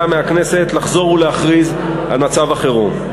מהכנסת לחזור ולהכריז על מצב החירום.